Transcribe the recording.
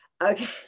Okay